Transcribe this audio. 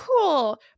cool